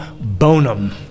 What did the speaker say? bonum